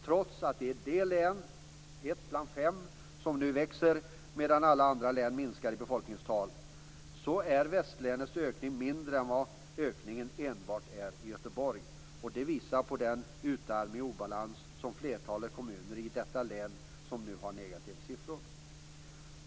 Trots att det är ett bland de fem län som nu växer medan alla andra län minskar i befolkningstal, är västlänets ökning mindre än vad ökningen är enbart i Göteborg. Det visar på den utarmning och obalans i flertalet av kommunerna i detta län som har negativa siffror.